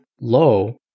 low